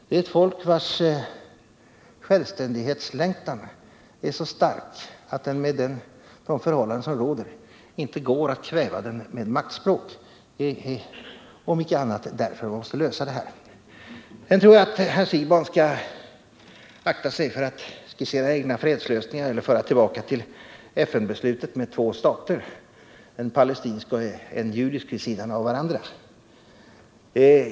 Det är ett folk vars självständighetslängtan är så stark att det under de förhållanden som råder inte går att kväva den med maktspråk. Det är därför man måste lösa detta problem. Jag tror att herr Siegbahn skall akta sig för att skissera egna fredslösningar eller gå tillbaka till FN-beslutet med två stater — en palestinsk och en judisk vid sidan av varandra.